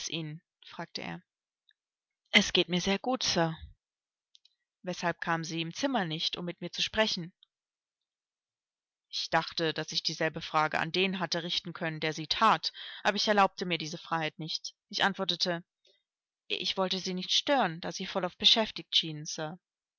fragte er es geht mir sehr gut sir weshalb kamen sie im zimmer nicht um mit mir zu sprechen ich dachte daß ich dieselbe frage an den hätte richten können der sie that aber ich erlaubte mir diese freiheit nicht ich antwortete ich wollte sie nicht stören da sie vollauf beschäftigt schienen